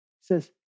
says